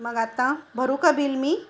मग आता भरू का बिल मी